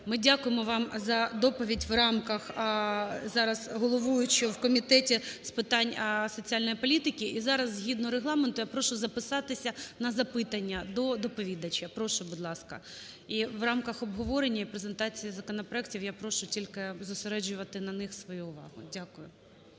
Ми дякуємо вам за доповідь в рамках зараз головуючого в Комітет з питань соціальної політики. І зараз згідно Регламенту я прошу записатися на запитання до доповідача. Прошу, будь ласка. В рамках обговорення і презентації законопроектів я прошу тільки зосереджувати на них свою увагу. Дякую.